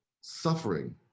suffering